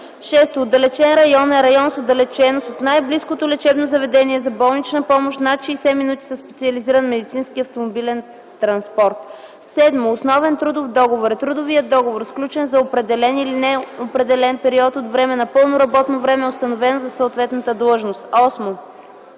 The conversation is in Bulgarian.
6. „Отдалечен район” е район с отдалеченост от най-близкото лечебно заведение за болнична помощ над 60 минути със специализиран медицински автомобилен транспорт. 7. „Основен трудов договор” е трудовият договор, сключен за определен или неопределен период от време на пълно работно време, установено за съответната длъжност. 8.